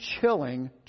chilling